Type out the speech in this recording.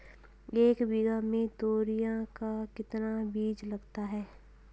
एक बीघा में तोरियां का कितना बीज लगता है?